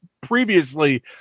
previously